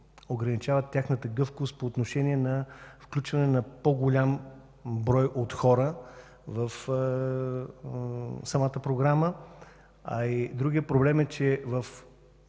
ограничават тяхната гъвкавост по отношение на включването на по-голям брой от хора в самата програма? Другият проблем е, че